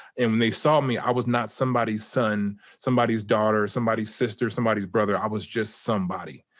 and when they saw me, i was not somebody's son, somebody's daughter, somebody's sister, somebody's brother, i was just somebody.